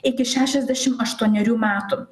iki šešiasdešim aštuonerių metų